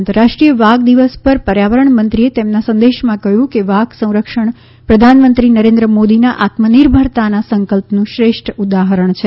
આંતરરાષ્ટ્રીય વાઘ દિવસ પર પર્યાવરણ મંત્રીએ તેમના સંદેશમાં કહ્યું કે વાઘ સંરક્ષણ પ્રધાનમંત્રી નરેન્દ્ર મોદીના આત્મનિર્ભરતાના સંકલ્પનું શ્રેષ્ઠ ઉદાહરણ છે